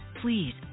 please